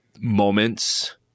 moments